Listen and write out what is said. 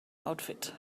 outfit